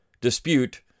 dispute